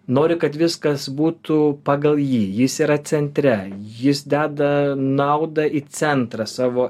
nori kad viskas būtų pagal jį jis yra centre jis deda naudą į centrą savo